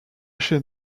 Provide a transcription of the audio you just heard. chez